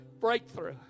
breakthrough